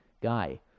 guy